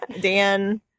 Dan